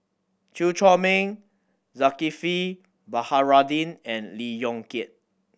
Chew Chor Meng Zulkifli Baharudin and Lee Yong Kiat